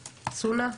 סונא.